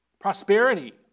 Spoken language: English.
Prosperity